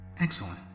Excellent